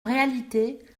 réalité